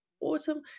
autumn